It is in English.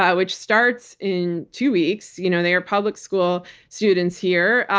ah which starts in two weeks. you know they are public school students here.